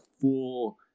full